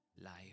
life